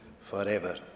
forever